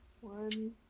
one